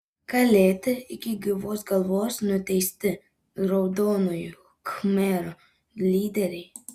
kalėti iki gyvos galvos nuteisti raudonųjų khmerų lyderiai